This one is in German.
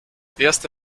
erste